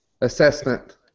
Assessment